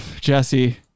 Jesse